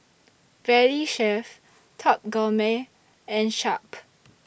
Valley Chef Top Gourmet and Sharp